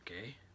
okay